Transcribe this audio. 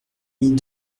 mis